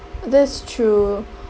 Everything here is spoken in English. that's true